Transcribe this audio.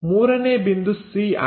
ಮೂರನೇ ಬಿಂದು C ಆಗಿದೆ